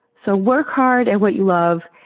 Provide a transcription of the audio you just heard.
so work hard at what you love,